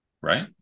Right